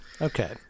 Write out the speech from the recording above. Okay